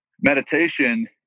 Meditation